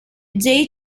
jay